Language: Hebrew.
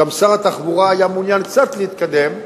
גם שר התחבורה היה מעוניין קצת להתקדם,